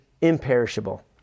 imperishable